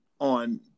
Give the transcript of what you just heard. on